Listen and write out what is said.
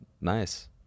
Nice